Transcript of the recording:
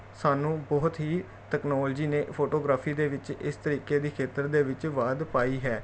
ਸਾਨੂੰ ਬਹੁਤ ਹੀ ਤੈਕਨੋਲੋਜੀ ਨੇ ਫੋਟੋਗ੍ਰਾਫੀ ਦੇ ਵਿੱਚ ਇਸ ਤਰੀਕੇ ਦੀ ਖੇਤਰ ਦੇ ਵਿੱਚ ਵਾਧ ਪਾਈ ਹੈ